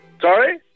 Sorry